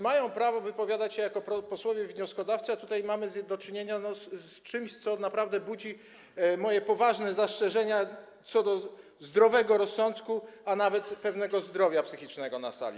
Mają prawo wypowiadać się jako posłowie wnioskodawcy, ale tutaj mamy do czynienia z czymś, co naprawdę budzi moje poważne zastrzeżenia co do zdrowego rozsądku, a nawet pewnego zdrowia psychicznego na sali.